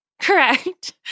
Correct